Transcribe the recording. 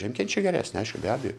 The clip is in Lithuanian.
žiemkenčiai geresni aišku be abejo